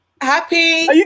Happy